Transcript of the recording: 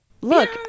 look